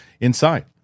inside